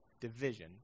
division